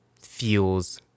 feels